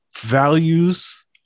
values